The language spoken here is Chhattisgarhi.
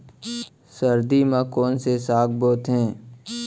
सर्दी मा कोन से साग बोथे?